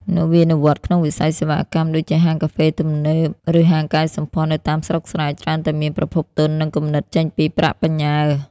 នវានុវត្តន៍ក្នុងវិស័យសេវាកម្ម ដូចជាហាងកាហ្វេទំនើប ឬហាងកែសម្ផស្សនៅតាមស្រុកស្រែ ច្រើនតែមានប្រភពទុន និងគំនិតចេញពីប្រាក់បញ្ញើ។